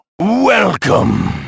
Welcome